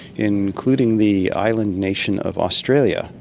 including the island nation of australia,